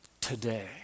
today